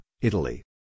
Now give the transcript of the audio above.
Italy